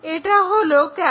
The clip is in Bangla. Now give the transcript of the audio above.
এটা হলো R